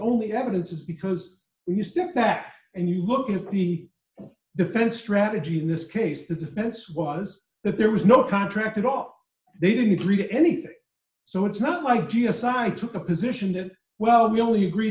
only evidence is because when you step back and you look at the defense strategy in this case the defense was that there was no contract at all they didn't agree to anything so it's not like yes i took a position that well we only agree